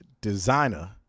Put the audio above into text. Designer